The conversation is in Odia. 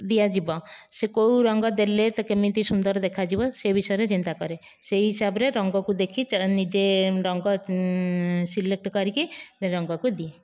ଦିଆଯିବ ସେ କେଉଁ ରଙ୍ଗ ଦେଲେ ତ କେମିତି ସୁନ୍ଦର ସେ ଦେଖାଯିବ ସେ ବିଷୟରେ ଚିନ୍ତା କରେ ସେ ହିସାବରେ ରଙ୍ଗକୁ ଦେଖି ନିଜେ ରଙ୍ଗ ସିଲେକ୍ଟ୍ କରିକି ରଙ୍ଗକୁ ଦିଏ